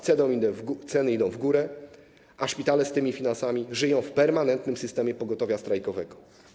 Ceny idą w górę, a szpitale z tymi finansami żyją w permanentnym systemie pogotowia strajkowego.